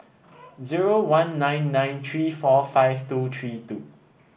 zero one nine nine three four five two three two